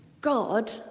God